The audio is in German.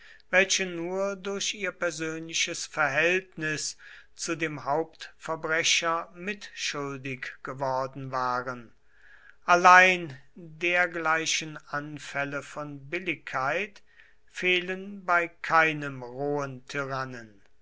welche nur durch ihr persönliches verhältnis zu dem hauptverbrecher mitschuldig geworden waren allein dergleichen anfälle von billigkeit fehlen bei keinem rohen